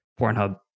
Pornhub